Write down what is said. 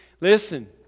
Listen